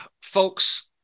Folks